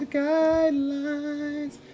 guidelines